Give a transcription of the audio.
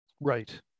Right